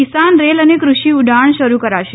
કિશાન Rail અને કૃષિઉડાણ શરૂ કરાશે